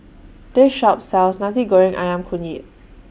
This Shop sells Nasi Goreng Ayam Kunyit